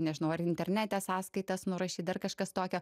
nežinau ar internete sąskaitas nurašyt dar kažkas tokio